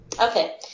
Okay